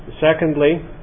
secondly